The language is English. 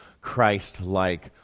Christ-like